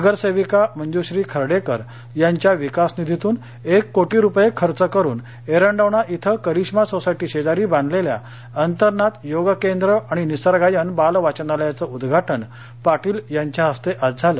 नगरसेविका मंजूश्री खर्डेकर यांच्या विकासनिधीतून एक कोटी रुपये खर्च करुन एरंडवणा येथे करिष्मा सोसायटी शेजारी बांधलेल्या अंतर्नाद योग केंद्र आणि निसर्गायन बाल वाचनालयाचे उद्घाटन पाटील यांच्या हस्ते आज झालं